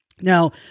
Now